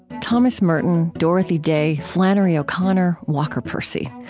thomas merton, dorothy day, flannery o'connor, walker percy.